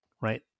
right